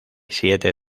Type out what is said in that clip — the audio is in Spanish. siete